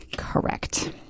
Correct